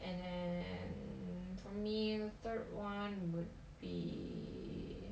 and then for me the third [one] would be